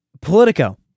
politico